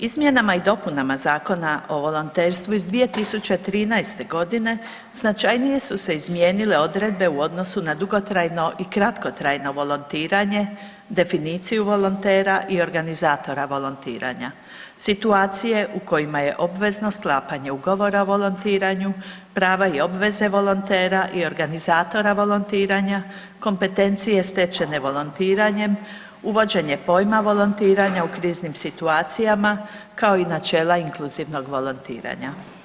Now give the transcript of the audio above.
Izmjenama i dopunama Zakona o volonterstvu iz 2013.g. značajnije su se izmijenile odredbe u odnosu na dugotrajno i kratkotrajno volontiranje, definiciju volontera i organizatora volontiranja, situacije u kojima je obvezno sklapanje Ugovora o volontiranju, prava i obveze volontera i organizatora volontiranja, kompetencije stečene volontiranjem, uvođenje pojma volontiranja u kriznim situacijama, kao i načela inkluzivnog volontiranja.